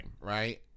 right